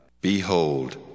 Behold